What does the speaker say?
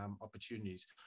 opportunities